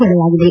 ಹೇಳಲಾಗಿದೆ